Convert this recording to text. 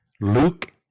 Luke